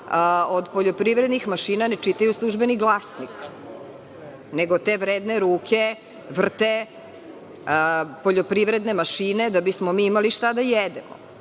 od poljoprivrednih mašina, ne čitaju „Službeni glasnik“, nego te vredne ruke vrte poljoprivredne mašine da bismo mi imali šta da jedemo.